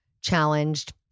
challenged